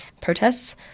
protests